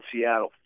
Seattle